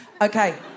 Okay